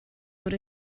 bod